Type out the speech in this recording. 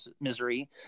misery